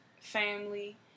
family